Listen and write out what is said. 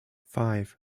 five